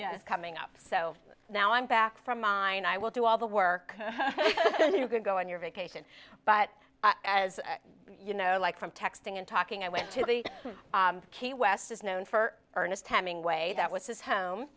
yes coming up so now i'm back from mine i will do all the work you can go on your vacation but as you know like from texting and talking i went to the key west is known for ernest hemingway that was his home